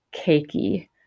cakey